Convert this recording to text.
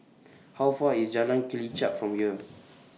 How Far IS Jalan Kelichap from here